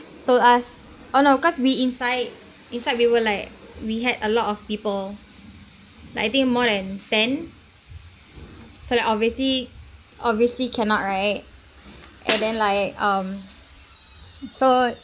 told us oh no cause we inside inside we were like we had a lot of people like I think more than ten so like obviously obviously cannot right and then like um so